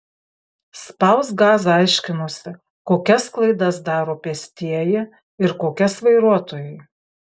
spausk gazą aiškinosi kokias klaidas daro pėstieji ir kokias vairuotojai